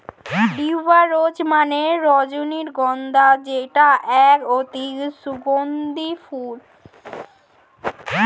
tuber rose মানে রজনীগন্ধা যেটা এক অতি সুগন্ধি ফুল